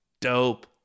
dope